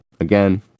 again